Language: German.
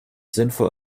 sinnvoll